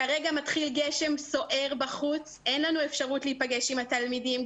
כרגע מתחיל גשם סוער בחוץ ואין לנו אפשרות להיפגש עם התלמידים,